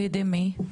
על ידי מי?